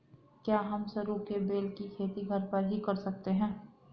क्या हम सरू के बेल की खेती घर पर ही कर सकते हैं?